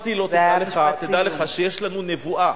אמרתי לו: תדע לך שיש לנו נבואה.